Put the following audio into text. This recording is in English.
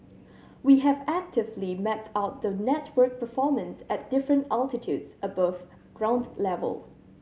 we have actively mapped out the network performance at different altitudes above ground level